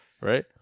right